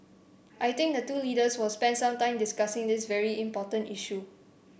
I think the two leaders will spend some time discussing this very important issue